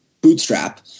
bootstrap